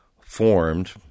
formed